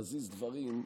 להזיז דברים,